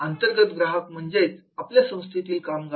अंतर्गत ग्राहक म्हणजेच आपल्या संस्थेतील कामगार